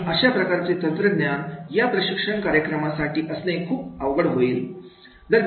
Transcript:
आणि अशा प्रकारचे तंत्रज्ञान या प्रशिक्षण कार्यक्रमासाठी असणे खूप अवघड होईल